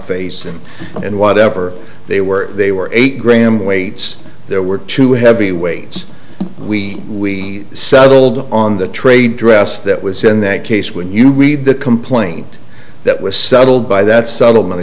face and whatever they were they were eight gram weights there were two heavyweights we settled on the trade dress that was in that case when you read the complaint that was settled by that settlement